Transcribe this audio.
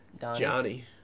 Johnny